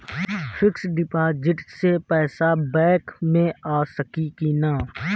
Fix deposit से पैसा bank मे आ सकी कि ना?